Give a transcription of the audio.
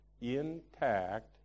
intact